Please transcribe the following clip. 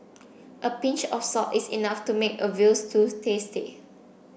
a pinch of salt is enough to make a veal stew tasty